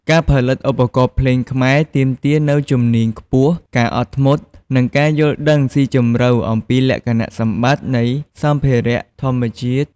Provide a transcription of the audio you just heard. ការផលិតឧបករណ៍ភ្លេងខ្មែរទាមទារនូវជំនាញខ្ពស់ ការអត់ធ្មត់ និងការយល់ដឹងស៊ីជម្រៅអំពីលក្ខណៈសម្បត្តិនៃសម្ភារៈធម្មជាតិ។